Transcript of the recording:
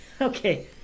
Okay